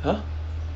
!huh!